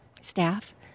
staff